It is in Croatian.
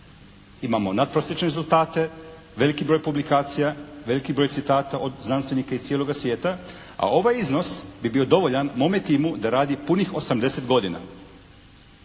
Imamo natprosječne rezultate, veliki broj publikacija, veliki broj citata od znanstvenika iz cijeloga svijeta a ovaj iznos bi bio dovoljan mome timu da radi punih 80 godina.